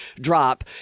drop